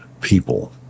people